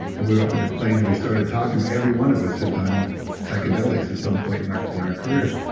and we were up in a plane and we started talking, every one of us had done psychedelics at some point in our in our careers.